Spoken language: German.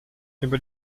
über